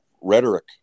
rhetoric